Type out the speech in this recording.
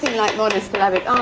like monosyllabic